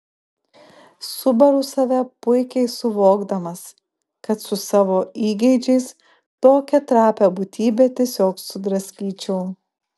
subaru save puikiai suvokdamas kad su savo įgeidžiais tokią trapią būtybę tiesiog sudraskyčiau